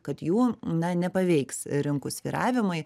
kad jų na nepaveiks rinkų svyravimai